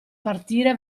partire